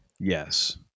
Yes